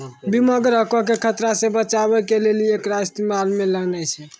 बीमा ग्राहको के खतरा से बचाबै के लेली एकरो इस्तेमाल मे लानै छै